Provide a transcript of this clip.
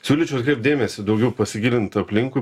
siūlyčiau atkreipt dėmesį daugiau pasigilint aplinkui